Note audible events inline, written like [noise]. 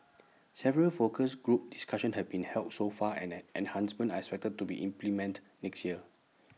[noise] several focus group discussions have been held so far and in enhancements are expected to be implemented next year